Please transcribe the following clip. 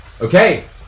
Okay